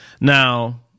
Now